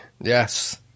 Yes